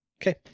Okay